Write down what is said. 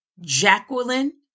Jacqueline